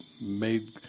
made